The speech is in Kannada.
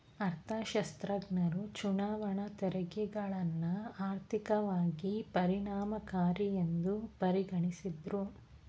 ಅರ್ಥಶಾಸ್ತ್ರಜ್ಞರು ಚುನಾವಣಾ ತೆರಿಗೆಗಳನ್ನ ಆರ್ಥಿಕವಾಗಿ ಪರಿಣಾಮಕಾರಿಯೆಂದು ಪರಿಗಣಿಸಿದ್ದ್ರು